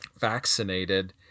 vaccinated